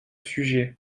sujet